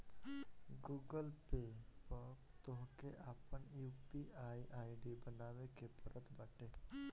Google Pay पअ तोहके आपन यू.पी.आई आई.डी बनावे के पड़त बाटे